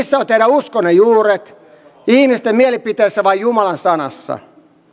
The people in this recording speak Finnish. uskonne juuret ihmisten mielipiteissä vai jumalan sanassa